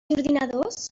ordinadors